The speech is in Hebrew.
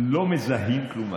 לא מזהים כלום,